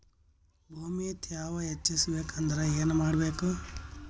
ಭೂಮಿ ತ್ಯಾವ ಹೆಚ್ಚೆಸಬೇಕಂದ್ರ ಏನು ಮಾಡ್ಬೇಕು?